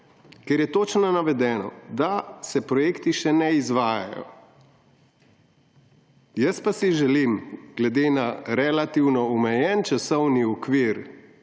kjer je točno navedeno, da se projekti še ne izvajajo. Jaz pa si želim glede na relativno omejen časovni okvir,